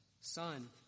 son